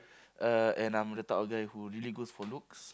uh and I'm the type of guy who really goes for looks